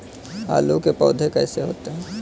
आलू के पौधे कैसे होते हैं?